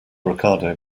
ricardo